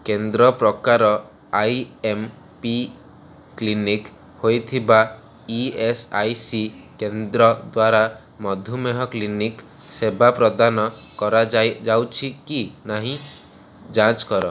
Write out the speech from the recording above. କେନ୍ଦ୍ର ପ୍ରକାର I M P clinic ହୋଇଥିବା ଇ ଏସ୍ ଆଇ ସି କେନ୍ଦ୍ର ଦ୍ୱାରା ମଧୁମେହ କ୍ଲିନିକ୍ ସେବା ପ୍ରଦାନ କରାଯାଇ ଯାଉଛି କି ନାହିଁ ଯାଞ୍ଚ୍ କର